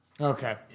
Okay